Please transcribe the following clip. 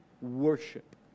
Worship